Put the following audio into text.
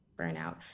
burnout